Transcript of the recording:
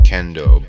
Kendo